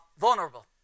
vulnerable